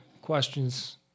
questions